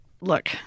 Look